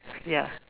ya